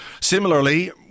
similarly